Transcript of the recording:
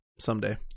someday